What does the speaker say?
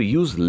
use